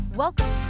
Welcome